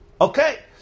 Okay